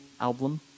album